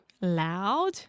Loud